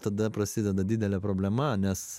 tada prasideda didelė problema nes